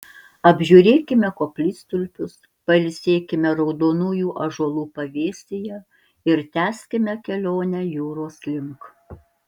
apžiūrėkime koplytstulpius pailsėkime raudonųjų ąžuolų pavėsyje ir tęskime kelionę jūros link